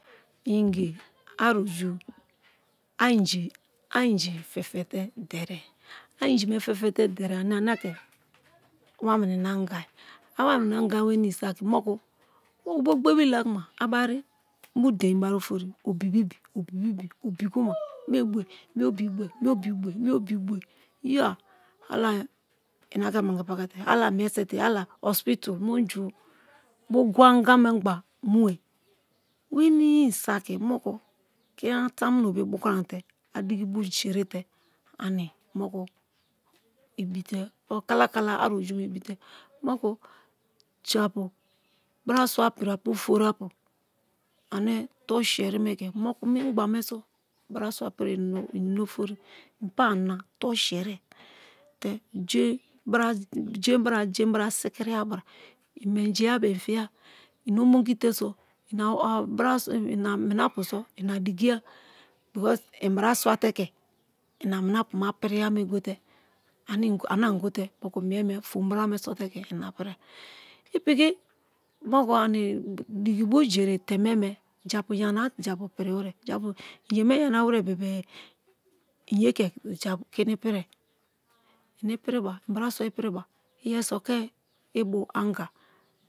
Ingi ari ogu a inji a ingi pe̠fe̠ te derie a̠ inji me̠ fe̠fe̠ te derie ane a ke wamina angai̠ awam-inina anga weni̠i̠ saki mo̠ku̠. moku bo gboribiri lakuma abari bu dein bari ofori obibibi, obibibi obikuma me̠ obi bue. me̠ obi bue me̠ obi bue iya. ala-a ina ke̠ mangi paka te ala-a imie se̠te̠ ala-a hosp-ital mu̠njn̠. bugwa angamengba mue weni̠i̠ saki moku ki̠ni̠ya nabobe bukromate a dikibu i giri te ani moku i̠bi̠te kala-kala a oga me i̠bi̠te̠ mo̠ku̠ japu brasua piri-apu ofori-apu ane torus erime ke̠ moku mingbameso i braswa pi̠ri̠ ini̠na-ofori i pa anina toruseriye gen-bra gen-bra sikiriya bra i̠ menji-a bebe-e in figa i omo-ngita so ma min-apu so ina dikiga be̠cause i̠ brasua te ke̠ i̠na mi̠na-pu ma piriya me gote ani gote ana gote mo̠ku̠ mi̠eme̠ fom-bara me so̠te̠ ke ina-pirie ipiki moku ani dikibojiri teme-me japu yana we̠re̠ bebe-be i̠ ye ke kini pir-ie i̠ ipiriba i̠ brasua ipiriba iyeriso ke i̠bu̠ anga.